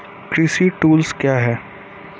कृषि टुल्स क्या हैं?